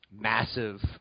massive